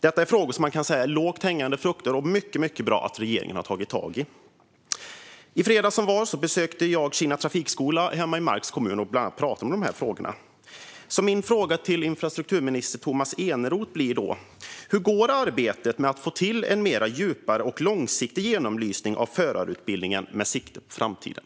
Dessa frågor är lågt hängande frukter, och det är mycket bra att regeringen har tagit tag i dem. I fredags besökte jag Kinna Trafikskola hemma i Marks kommun och pratade bland annat om dessa frågor. Min fråga till infrastrukturminister Tomas Eneroth är: Hur går arbetet med att få till en djupare och mer långsiktig genomlysning av förarutbildningen med sikte på framtiden?